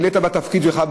גילית בתפקיד שלך,